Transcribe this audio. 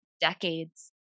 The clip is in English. decades